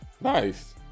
nice